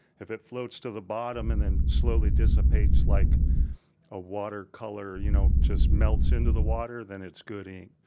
if it floats to the bottom and then slowly dissipates like a watercolor, you know, just melts into the water, then it's good ink.